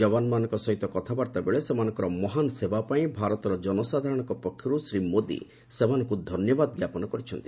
ଯବାନମାନଙ୍କ ସହିତ କଥାବାର୍ତ୍ତାବେଳେ ସେମାନଙ୍କର ମହାନ୍ ସେବାପାଇଁ ଭାରତର ଜନସାଧାରଣଙ୍କ ପକ୍ଷରୁ ଶ୍ରୀ ମୋଦି ସେମାନଙ୍କୁ ଧନ୍ୟବାଦ ଜ୍ଞାପନ କରିଛନ୍ତି